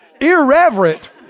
irreverent